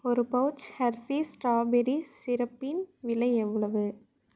ஒரு pouch Hershey's strawberry சிரப்பின் விலை எவ்வளவு